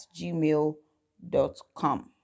gmail.com